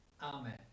Amen